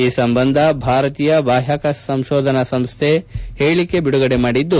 ಈ ಸಂಬಂಧ ಭಾರತೀಯ ಬಾಹ್ಯಾಕಾಶ ಸಂಶೋಧನಾ ಸಂಸ್ವೆ ಹೇಳಕೆ ಬಿಡುಗಡೆ ಮಾಡಿದ್ದು